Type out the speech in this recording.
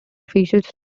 officials